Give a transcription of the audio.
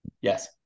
Yes